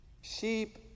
Sheep